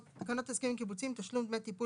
תקנות הסכמים קיבוציים (תשלום דמי טיפול